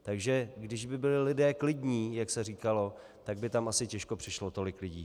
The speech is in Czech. Takže kdyby byli lidé klidní, jak se říkalo, tak by tam asi těžko přišlo tolik lidí.